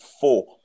four